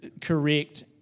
correct